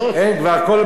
לדעתך צריך שיהיו